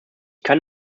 kann